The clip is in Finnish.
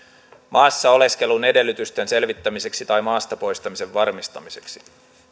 maassa oleskelun edellytysten selvittämiseksi tai maasta poistamisen varmistamiseksi